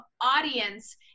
audience